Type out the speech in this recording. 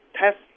test